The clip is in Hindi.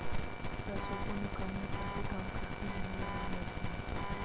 पैसों को निकालने पर भी डाकघर की मोहर लगाई जाती है